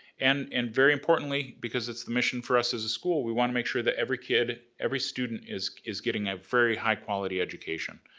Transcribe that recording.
and and very importantly, because it's the mission for us as a school, we wanna make sure that every kid, every student, is is getting a very high-quality education.